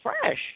fresh